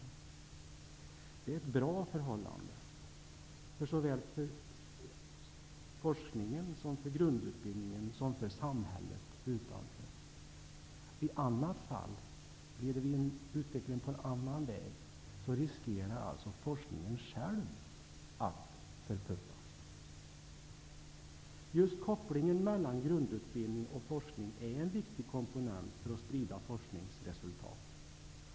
Det är ett bra förhållande såväl för forskningen som för grundutbildningen som för samhället utanför. Leder vi in utvecklingen på en annan väg riskerar forskningen att förpuppas. Just kopplingen mellan grundutbildning och forskning är en viktig komponent för att sprida forskningsresultat.